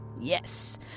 Yes